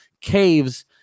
caves